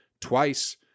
twice